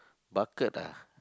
bucket ah